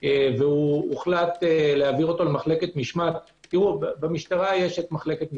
והוחלט להעבירו למחלקת משמעת במשטרה יש מחלקת משמעת,